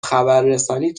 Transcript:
خبررسانی